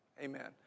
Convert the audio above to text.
Amen